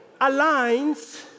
aligns